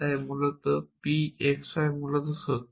তাই p x y মূলত সত্য